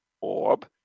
orb